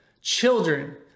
Children